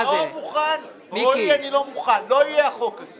כי בעצם אפשר לשאול באותה מידה של הגיון,